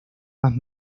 más